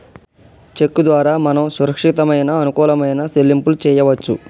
చెక్కు ద్వారా మనం సురక్షితమైన అనుకూలమైన సెల్లింపులు చేయవచ్చు